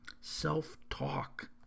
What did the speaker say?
Self-talk